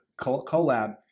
collab